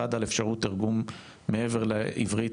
אחד על אפשרות תרגום מעבר לעברית,